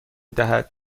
دهد